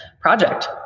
project